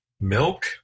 Milk